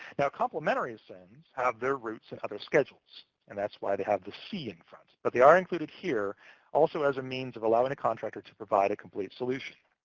now, complementary sin's have their roots in other schedules, and that's why they have the c in front. but they are included here also as a means of allowing a contractor to provide a complete solution.